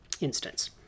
instance